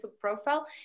profile